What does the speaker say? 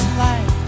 life